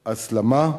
הסלמה,